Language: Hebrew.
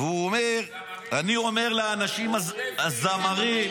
והוא אומר --- זמרים, שפים --- זמרים.